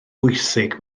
bwysig